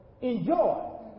enjoy